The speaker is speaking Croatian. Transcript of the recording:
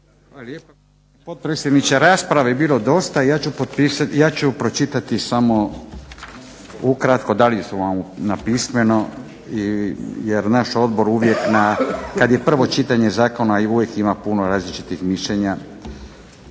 Hvala lijepa, gospodine potpredsjedniče. Rasprave je bilo dosta. Ja ću pročitati samo ukratko, dali smo vam napismeno jer naš odbor uvijek kad je prvo čitanje zakona uvijek ima puno različitih mišljenja